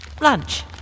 Lunch